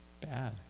bad